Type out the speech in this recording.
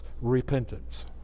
repentance